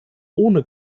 ohne